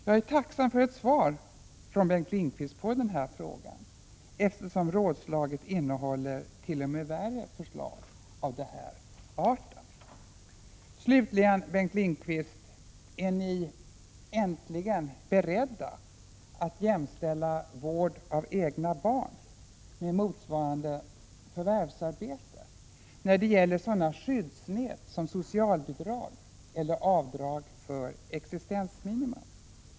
Jag är tacksam för ett svar från Bengt Lindqvist på min fråga, eftersom rådslaget innehåller t.o.m. värre förslag av denna art. Slutligen, Bengt Lindqvist: Är ni äntligen beredda att jämställa vård av egna barn med motsvarande förvärvsarbete när det gäller sådana skyddsnät som socialbidrag eller avdrag för existensminimum?